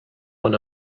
when